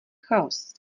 chaos